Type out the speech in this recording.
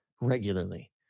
regularly